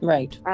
Right